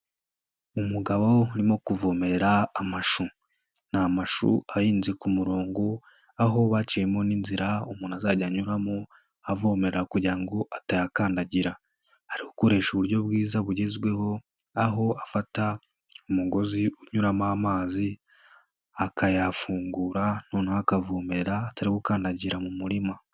Umugabo urimo kuvomere amashu, ni amashu ahinze ku murongo aho baciyemo n'inzira umuntu azajya anyuramo avomera kugira ngo atayakandagira, ari gukoresha uburyo bwiza bugezweho aho afata umugozi unyuramo amazi akayafungura noneho akavomera atari gukandagira mu murima.